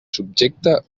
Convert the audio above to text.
subjecta